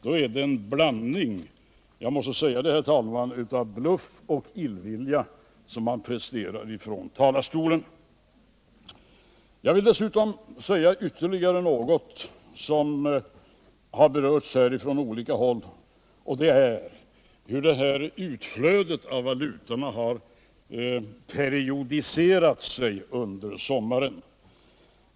Då är det en blandning — jag måste säga det herr talman — av bluff och illvilja som han presterar från talarstolen. Jag vill dessutom säga ytterligare något om det som har berörts från olika håll, nämligen hur det här utflödet av valutorna har periodiserat sig under sommaren.